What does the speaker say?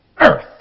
Earth